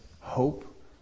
hope